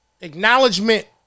acknowledgement